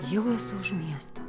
jau esu už miesto